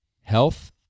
health